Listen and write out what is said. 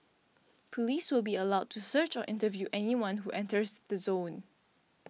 police will be allowed to search or interview anyone who enters the zone